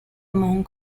among